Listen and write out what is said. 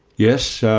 yes, so